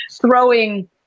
throwing